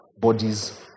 bodies